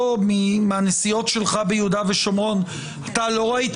בנסיעות שלך ברחבי יהודה ושומרון לא ראית